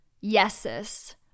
yeses